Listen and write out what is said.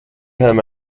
him